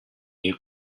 new